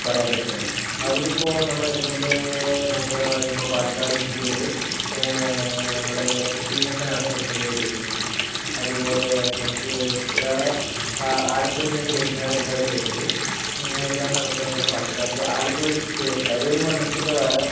പറയാൻ പറ്റുന്നത് അതിൽ ഇപ്പോൾ നമ്മുടെ എം എൽ എ നോക്കുകയാണെന്നു പറയുമ്പോൾ പാലക്കാട് ജില്ലയിൽ നമ്മുടെ ശ്രീകണ്ഡനാണ് എം എൽ എ ആയിട്ട് വരുന്നത് അതുപോലെ നമുക്ക് വേറെ ആലത്തൂരിൻ്റെ ആണ് രമ്യ ഹരിദാസ് വരുന്നത് രമ്യ ഹരിദാസ് ആണ് ഇപ്പോൾ നമ്മുടെ പാലക്കാടിലെ ആലത്തൂർ ഇത് വരുന്നത് തരൂർ മണ്ഡലത്തിൻ്റെ വേറെ